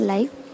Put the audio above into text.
Life